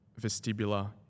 vestibular